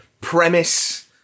premise